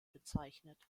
bezeichnet